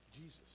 Jesus